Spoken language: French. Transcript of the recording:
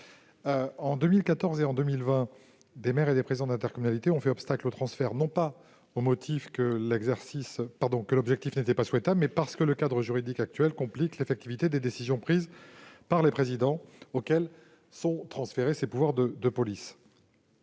En 2014 comme en 2020, les maires et les présidents d'intercommunalité ont fait obstacle à ces transferts, non pas au motif que leur objectif n'était pas souhaitable, mais parce que le cadre juridique compliquait l'effectivité des décisions prises par les présidents auxquels étaient transférés des pouvoirs de police.